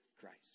Christ